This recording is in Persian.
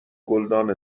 گلدان